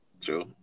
True